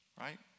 Right